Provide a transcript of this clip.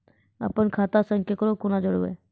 अपन खाता संग ककरो कूना जोडवै?